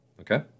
okay